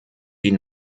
die